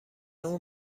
اون